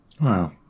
wow